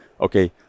okay